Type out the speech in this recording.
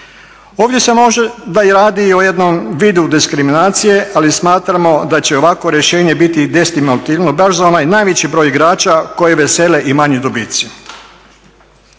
Ovdje se može i radi o jednom vidu diskriminacije, ali smatramo da će ovakvo rješenje biti … baš za onaj najveći broj igrača koje vesele i manji dobitci.